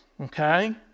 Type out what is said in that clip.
okay